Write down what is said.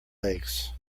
legs